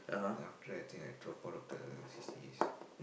then after that I think I drop out of the C_C_As